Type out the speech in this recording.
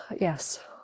yes